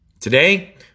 Today